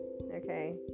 okay